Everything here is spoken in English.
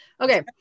Okay